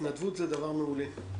התנדבות זה דבר מעולה.